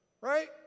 right